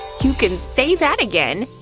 you can say that again!